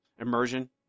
immersion